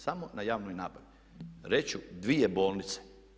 Samo na javnoj nabavi reći ću dvije bolnice.